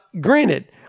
granted